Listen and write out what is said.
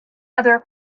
other